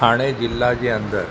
ठाणे ज़िला जे अंदरि